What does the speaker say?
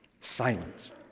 Silence